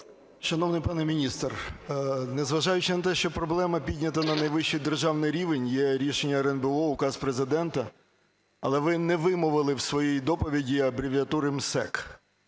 Шановний пане міністре, незважаючи на те, що проблема піднята на найвищий державний рівень: є рішення РНБО, Указ Президента, – але ви не вимовили в своїй доповіді абревіатури МСЕК.